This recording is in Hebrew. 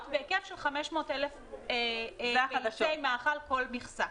בהיקף של 500,000 ביצי מאכל כל מכסה.